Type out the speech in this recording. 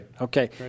Okay